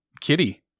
Kitty